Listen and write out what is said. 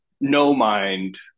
no-mind